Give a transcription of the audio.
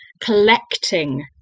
collecting